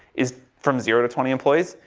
is from zero to twenty employees?